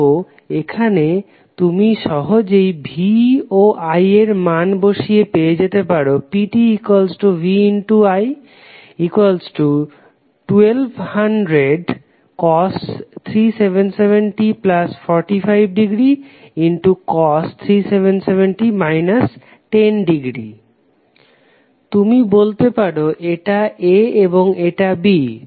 তো এখানে তুমি সহজেই V ও I এর মান বসিয়ে পেয়ে যেতে পারো pvi1200377t45° 377t 10° তুমি বলতে পারো এটা A এবং এটা B